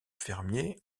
fermier